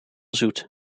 zoet